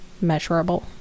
measurable